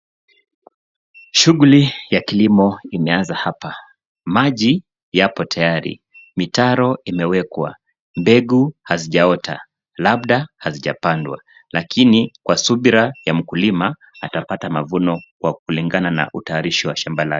Shughuli ya kilimo imeanza hapa. Maji yapo tayari. Mitaro imewekwa. Mbegu hazijaota, labda hazijapandwa, lakini kwa subira ya mkulima, atapata mavuno kwa kulingana na utayarishi wa shamba lake.